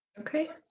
okay